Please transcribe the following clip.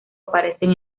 aparecen